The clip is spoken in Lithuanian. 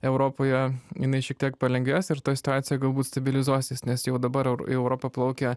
europoje jinai šiek tiek palengvės ir ta situacija galbūt stabilizuosis nes jau dabar eur į europą plaukia